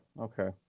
Okay